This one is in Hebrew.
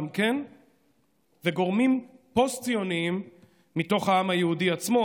וגורמים פוסט-ציוניים מתוך העם היהודי עצמו,